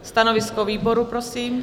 Stanovisko výboru, prosím?